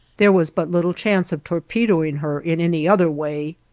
there was but little chance of torpedoing her in any other way.